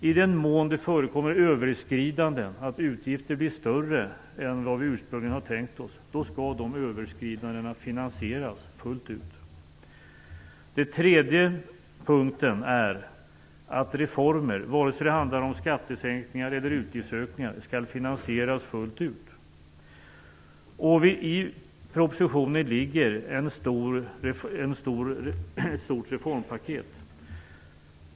I den mån det förekommer överskridanden, att utgifter blir större än vad vi utsprungligen har tänkt oss, skall de finansieras fullt ut. 3. Reformer, antingen det handlar om skattesänkningar eller utgiftsökningar, skall finansieras fullt ut. I propositionen finns ett stort reformpaket.